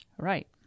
Right